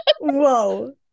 Whoa